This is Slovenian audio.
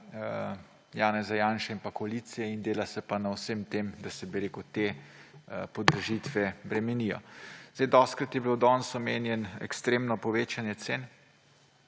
Janeza Janše in koalicija in dela se pa na vsem tem, da se te podražitve bremenijo. Dostikrat je bilo danes omenjeno ekstremno povečanje cen